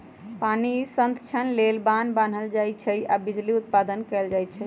पानी संतक्षण लेल बान्ह बान्हल जाइ छइ आऽ बिजली उत्पादन कएल जाइ छइ